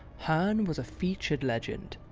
herne was a featured legend,